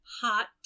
Hot